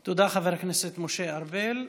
תודה, חבר הכנסת משה ארבל.